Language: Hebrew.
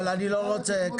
אבל אני לא רוצה,